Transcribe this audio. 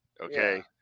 okay